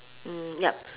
mm yup